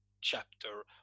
chapter